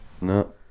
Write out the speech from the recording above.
no